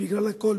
בגלל הקול,